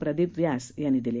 प्रदीपव्यासयांनीदिली